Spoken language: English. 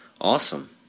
Awesome